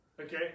okay